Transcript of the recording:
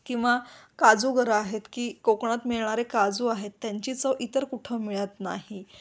किंवा काजू गर आहेत की कोकणात मिळणारे काजू आहेत त्यांची चव इतर कुठं मिळत नाही